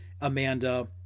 Amanda